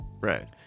Right